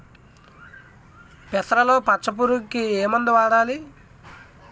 పెసరలో పచ్చ పురుగుకి ఏ మందు వాడాలి?